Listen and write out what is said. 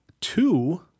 two